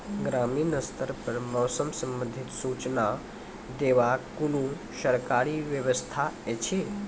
ग्रामीण स्तर पर मौसम संबंधित सूचना देवाक कुनू सरकारी व्यवस्था ऐछि?